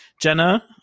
Jenna